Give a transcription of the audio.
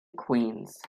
queens